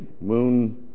moon